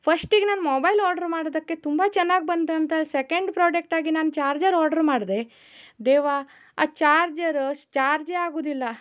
ಫಸ್ಟಿಗೆ ನಾನು mobile order ಮಾಡಿದ್ದಕ್ಕೆ ತುಂಬ ಚೆನ್ನಾಗಿ ಬಂತು ಅಂತ ಸೆಕೆಂಡ್ ಪ್ರಾಡಕ್ಟಾಗಿ ನಾನು ಚಾರ್ಜರ್ ಆರ್ಡ್ರ್ ಮಾಡಿದೆ ದೇವಾ ಆ ಚಾರ್ಜರು ಚಾರ್ಜೇ ಆಗುವುದಿಲ್ಲ